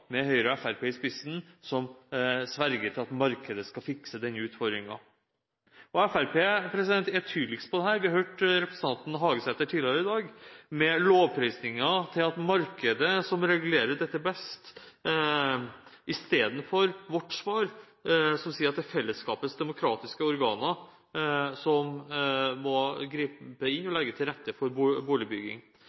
med Høyre og Fremskrittspartiet i spissen, som sverger til at markedet skal fikse denne utfordringen. Fremskrittspartiet er tydeligst på dette. Vi hørte representanten Hagesæter tidligere i dag, med lovprisninger til markedet – at markedet regulerer dette best – i motsetning til vårt svar, som er at det er fellesskapets demokratiske organer som må gripe inn og legge til rette for boligbygging.